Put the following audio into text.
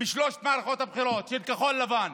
בשלוש מערכות הבחירות של כחול לבן,